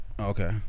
Okay